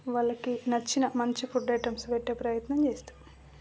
వాళ్ళకి నచ్చిన మంచి ఫుడ్ ఐటమ్స్ పెట్టే ప్రయత్నం చేస్తాం